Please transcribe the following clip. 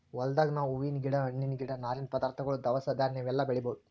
ಹೊಲ್ದಾಗ್ ನಾವ್ ಹೂವಿನ್ ಗಿಡ ಹಣ್ಣಿನ್ ಗಿಡ ನಾರಿನ್ ಪದಾರ್ಥಗೊಳ್ ದವಸ ಧಾನ್ಯ ಇವೆಲ್ಲಾ ಬೆಳಿಬಹುದ್